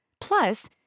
Plus